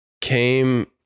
came